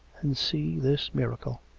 and see this miracle.